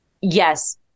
yes